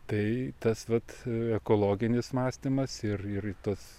tai tas vat ekologinis mąstymas ir ir tas